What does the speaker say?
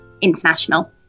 International